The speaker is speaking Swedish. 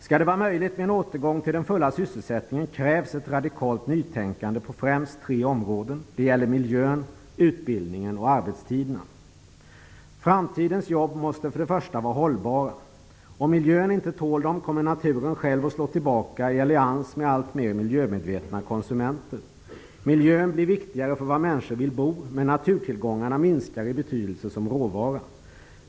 Skall det vara möjligt med en återgång till den fulla sysselsättningen krävs ett radikalt nytänkande på främst tre områden, nämligen miljön, utbildningen och arbetstiden. Framtidens jobb måste för det första vara hållbara. Om miljön inte tål det som jobben förorsakar kommer naturen själv att slå tillbaka, i allians med alltmer miljömedvetna konsumenter. Miljön blir viktigare när det gäller var människor vill bo, men naturtillgångarna minskar i betydelse såsom råvara.